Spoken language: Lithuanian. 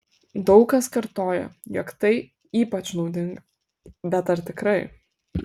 daug kas kartoja jog tai ypač naudinga bet ar tikrai